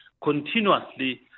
Continuously